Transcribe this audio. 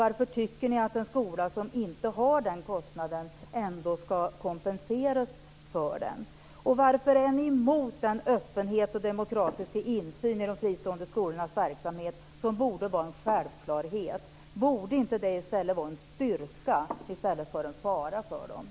Varför tycker ni att en skola som inte har den kostnaden ändå ska kompenseras för den? Varför är ni emot den öppenhet och demokratiska insyn i de fristående skolornas verksamhet som borde vara en självklarhet? Det borde väl vara en styrka för dem snarare än en fara.